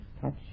touch